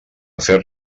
fer